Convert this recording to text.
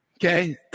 okay